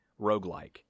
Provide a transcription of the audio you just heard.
roguelike